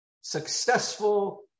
successful